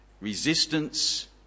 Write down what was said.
Resistance